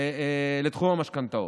לתחום המשכנתאות.